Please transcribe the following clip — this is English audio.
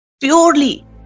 purely